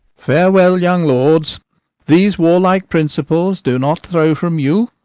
farewell, young lords these war-like principles do not throw from you.